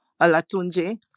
Alatunje